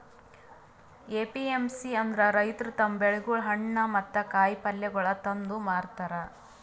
APMC ಅಂದುರ್ ರೈತುರ್ ತಮ್ ಬೆಳಿಗೊಳ್, ಹಣ್ಣ ಮತ್ತ ಕಾಯಿ ಪಲ್ಯಗೊಳ್ ತಂದು ಮಾರತಾರ್